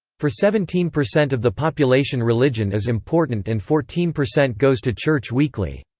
for seventeen percent of the population religion is important and fourteen percent goes to church weekly.